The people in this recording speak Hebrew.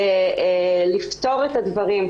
לפתור את הדברים,